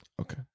okay